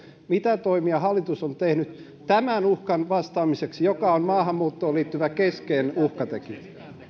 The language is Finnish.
mitä toimia hallitus on tehnyt tähän uhkaan vastaamiseksi joka on maahanmuuttoon liittyvä keskeinen uhkatekijä